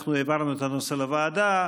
אנחנו העברנו את הנושא לוועדה,